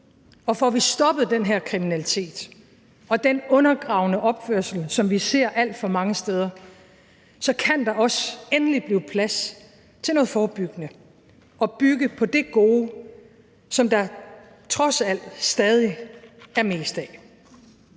Og får vi stoppet den her kriminalitet og den undergravende opførsel, som vi ser alt for mange steder, så kan der også endelig blive plads til noget forebyggende og til at bygge på det gode, som der trods alt stadig er mest af.